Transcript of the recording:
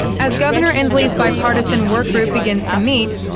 as governor inslee's bipartisan workgroup begins to meet,